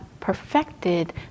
perfected